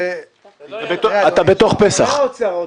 אתה בתוך פסח.